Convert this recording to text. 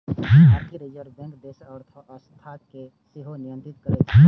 भारतीय Reserve Bank देशक अर्थव्यवस्था कें सेहो नियंत्रित करै छै